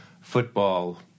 football